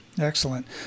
Excellent